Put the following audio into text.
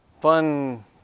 fun